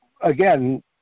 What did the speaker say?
again